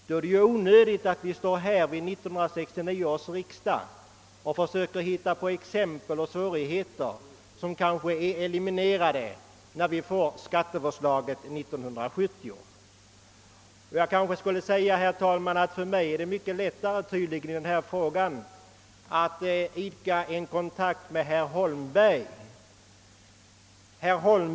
Då är det ju onödigt att under 1969 års riksdag försöka hitta på exempel och svårigheter som kanske är eliminerade när skatteförslaget framläggs nästa år. Herr talman! Jag skulle kanske framhålla att det tydligen är mycket lättare för mig att komma överens med herr Holmberg i denna fråga.